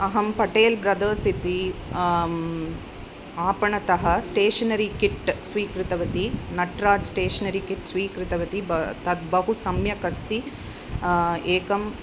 अहं पटेल् ब्रदस् इति आपणतः स्टेशनरि किट्ट् स्वीकृतवती नट्राज् स्टेशनरि किट् स्वीकृतवती ब तद् बहु सम्यक् अस्ति एकम्